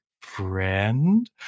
friend